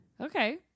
okay